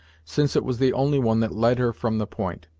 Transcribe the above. since it was the only one that led her from the point.